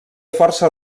força